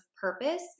purpose